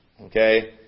Okay